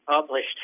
published